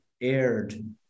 aired